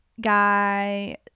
guy